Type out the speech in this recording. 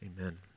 Amen